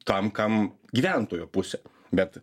tam kam gyventojo pusę bet